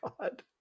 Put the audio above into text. God